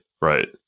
right